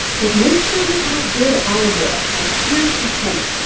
but make sure you buy good olive oil. and here's a hint.